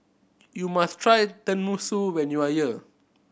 you must try Tenmusu when you are here